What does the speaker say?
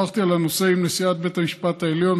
שוחחתי על הנושא עם נשיאת בית המשפט העליון,